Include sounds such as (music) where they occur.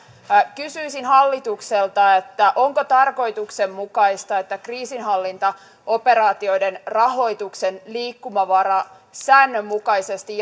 kysyisin hallitukselta onko tarkoituksenmukaista että kriisinhallintaoperaatioiden rahoituksen liikkumavara säännönmukaisesti (unintelligible)